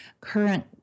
current